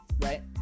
right